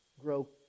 grow